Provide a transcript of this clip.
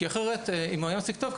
כי אחרת אם הוא היה מספיק טוב,